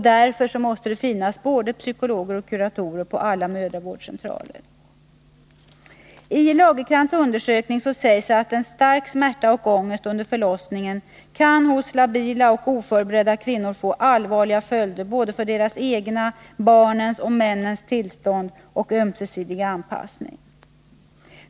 Därför måste det finnas både psykologer och kuratorer på alla mödravårdscentraler. I Lagercrantz undersökning sägs att stark smärta och ångest under förlossningen hos labila och oförberedda kvinnor kan få allvarliga följder både för deras egna, barnens och männens tillstånd och ömesidiga anpassning.